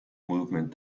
movement